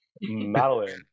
Madeline